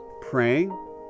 praying